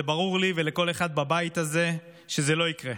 ברור לי ולכל אחד בבית הזה שזה לא יקרה,